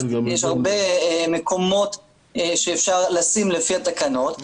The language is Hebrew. יש הרבה מקומות שאפשר לשים לפי התקנות,